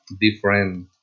different